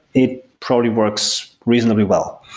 it probably works reasonably well.